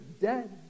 dead